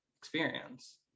experience